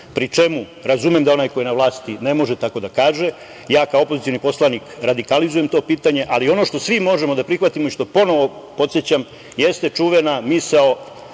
pri čemu, razumem da je onaj ko je na vlasti ne može tako da kaže. Ja kao opozicioni poslanik radikalizujem to pitanje. Ali, ono što svi možemo da prihvatimo i što ponovo podsećam, jeste čuvena misao,